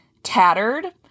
tattered